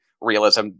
realism